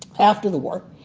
after the war.